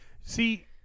See